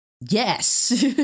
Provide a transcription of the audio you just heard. Yes